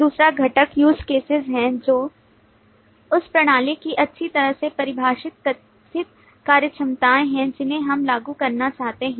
दूसरा घटक UseCases हैं जो उस प्रणाली की अच्छी तरह से परिभाषित कथित कार्यक्षमताएं हैं जिन्हें हम लागू करना चाहते हैं